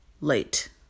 late